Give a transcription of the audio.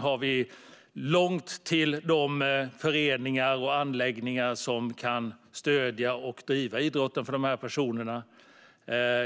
har vi långt till de föreningar och anläggningar som kan stödja och driva idrotten för de här personerna.